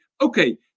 okay